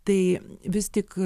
tai vis tik